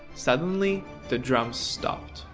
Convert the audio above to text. suddenly the drums stopped.